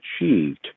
achieved